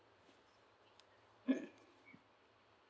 mm